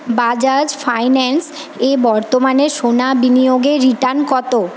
Bajaj finance এ বর্তমানে সোনা বিনিয়োগে রিটার্ন কত